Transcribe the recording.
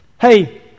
hey